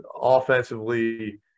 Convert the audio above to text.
offensively